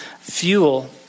fuel